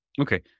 Okay